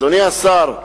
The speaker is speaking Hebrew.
אדוני השר,